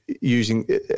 using